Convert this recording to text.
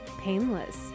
Painless